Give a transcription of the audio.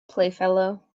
playfellow